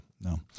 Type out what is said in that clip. no